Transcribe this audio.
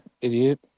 idiot